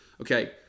Okay